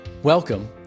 Welcome